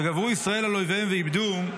"וכשגברו ישראל על אויביהם ואיבדום,